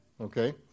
Okay